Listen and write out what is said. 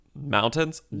Mountains